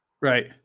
Right